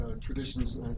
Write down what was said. traditions